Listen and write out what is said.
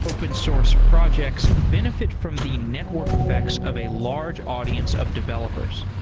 open source projects benefit from the network effects of a large audience of developers,